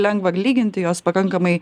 lengva lyginti jos pakankamai